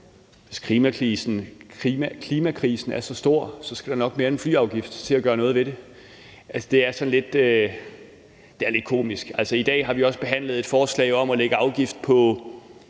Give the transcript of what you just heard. Hvis klimakrisen er så stor, skal der nok mere end en flyafgift til at gøre noget ved det. Altså, det er sådan lidt komisk. I dag har vi også behandlet et forslag om at lægge afgift på